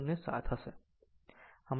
07 થશે